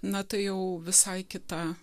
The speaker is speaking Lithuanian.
na tai jau visai kita